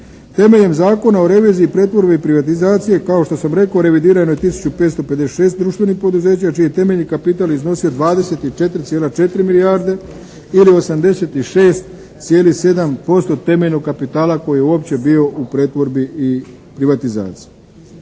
Temeljem Zakona o reviziji, pretvorbi privatizacije kao što sam rekao revidirano je 1556 društvenih poduzeća čiji je temeljni kapital iznosio 24,4 milijarde ili 86,7% temeljnog kapitala koji je uopće bio u pretvorbi i privatizaciji.